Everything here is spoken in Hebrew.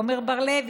עמר בר-לב,